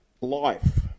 life